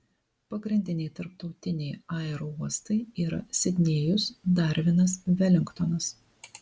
pagrindiniai tarptautiniai aerouostai yra sidnėjus darvinas velingtonas